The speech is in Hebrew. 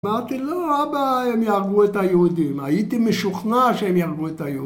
אמרתי לא אבא הם יהרגו את היהודים, הייתי משוכנע שהם יהרגו את היהודים